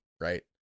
right